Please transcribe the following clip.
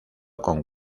con